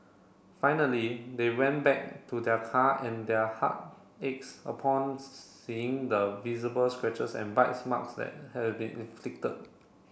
finally they went back to their car and their heart aches upon seeing the visible scratches and bites marks that had been inflicted